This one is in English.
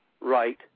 right